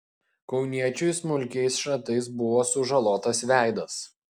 kauniečiui smulkiais šratais buvo sužalotas veidas